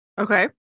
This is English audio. Okay